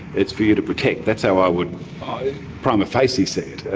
it's for you to protect. that's how i would prima facie see it.